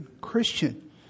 Christian